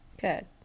Good